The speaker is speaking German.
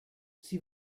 sie